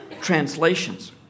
translations